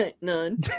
none